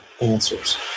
answers